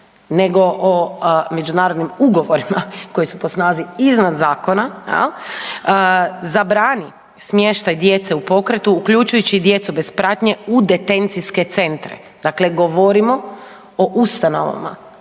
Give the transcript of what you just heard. nego o međunarodnim ugovorima koji su po snazi iznad zakona, zabrani smještaj djece u pokretu uključujući i djecu bez pratnje u detencijske centre. Dakle, govorimo o ustanovama